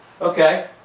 Okay